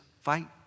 fight